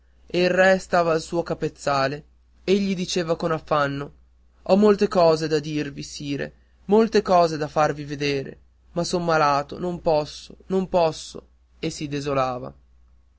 stava al suo capezzale egli diceva con affanno ho molte cose da dirvi sire molte cose da farvi vedere ma son malato non posso non posso e si desolava